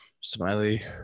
Smiley